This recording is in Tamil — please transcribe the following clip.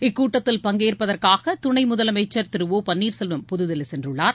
இக்கூட்டத்தில் பங்கேற்ப்பதற்காக துணை முதலமைச்சர் திரு ஓ பன்னீர் செல்வம் புதுதில்லி சென்றுள்ளார்